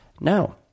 no